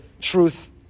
truth